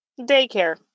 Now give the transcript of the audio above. Daycare